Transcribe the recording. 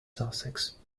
sussex